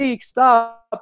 stop